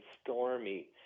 Stormy